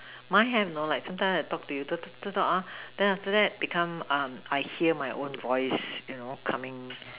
mine have you know like sometime I talk to you talk talk talk ah then after that become ah I hear my own voice you know coming